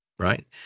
right